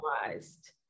normalized